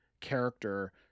character